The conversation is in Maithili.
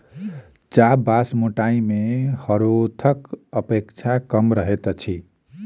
चाभ बाँस मोटाइ मे हरोथक अपेक्षा कम रहैत अछि